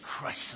crush